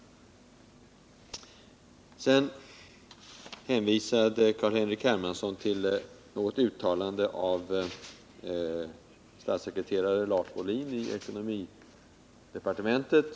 Sedan hänvisade Carl-Henrik Hermansson till ett uttalande av statssekreterare Lars Wohlin i budgetoch ekonomidepartementet.